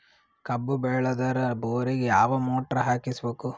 ಕಬ್ಬು ಬೇಳದರ್ ಬೋರಿಗ ಯಾವ ಮೋಟ್ರ ಹಾಕಿಸಬೇಕು?